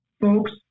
folks